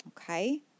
Okay